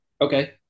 okay